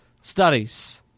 Studies